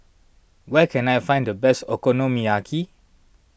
where can I find the best Okonomiyaki